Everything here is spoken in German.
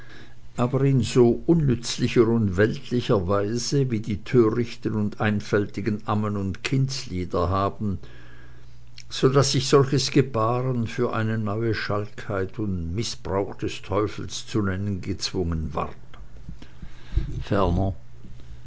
aber in so unnützlicher und weltlicher weise wie die thörichten und einfältigen ammen und kindslieder haben so daß ich solches gebahren für eine neue schalkheit und mißbrauch des teufels zu nemen gezwungen ward ferner